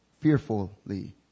fearfully